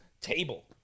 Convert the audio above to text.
table